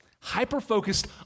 hyper-focused